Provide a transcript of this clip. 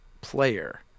player